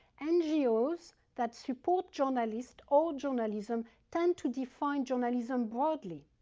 ngos that support journalists, all journalism, tend to define journalism broadly.